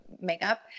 makeup